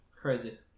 Crazy